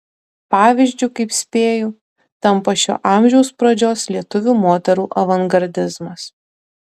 pavyzdžiu kaip spėju tampa šio amžiaus pradžios lietuvių moterų avangardizmas